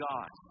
God